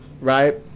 right